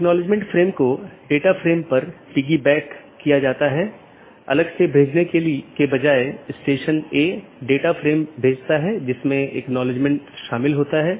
यह विज्ञापन द्वारा किया जाता है या EBGP वेपर को भेजने के लिए राउटिंग विज्ञापन बनाने में करता है